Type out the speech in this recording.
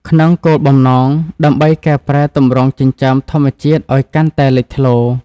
ក្នុងគោលបំណង ដើម្បីកែលម្អទម្រង់ចិញ្ចើមធម្មជាតិឲ្យកាន់តែលេចធ្លោ។